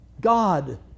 God